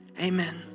Amen